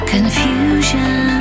Confusion